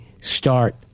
start